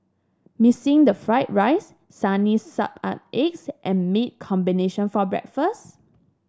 missing the fried rice sunny side up eggs and meat combination for breakfast